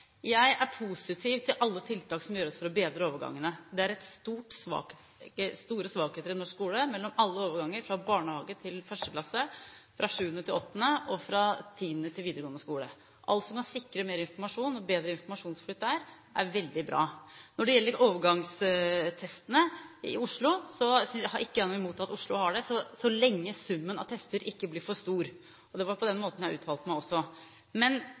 Jeg er positiv til alle tiltak som gjøres for å bedre overgangene. Det er store svakheter i norsk skole mellom alle overganger, fra barnehage til 1. klasse, fra 7. klasse til 8. klasse og fra 10. klasse til videregående skole. Alt som kan sikre mer informasjon og bedre informasjonsflyt der, er veldig bra. Når det gjelder overgangstestene i Oslo, har ikke jeg noe imot at Oslo har slike, så lenge summen av tester ikke blir for stor. Det var på den måten jeg uttalte meg også. Men